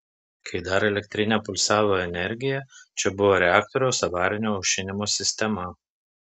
kai dar elektrinė pulsavo energija čia buvo reaktoriaus avarinio aušinimo sistema